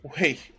wait